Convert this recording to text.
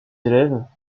élèves